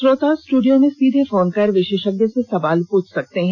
श्रोता स्ट्डियो में सीधे फोन कर विशेषज्ञ से सवाल पृछ सकते हैं